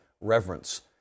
reverence